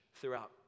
throughout